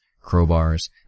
crowbars